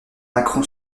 macron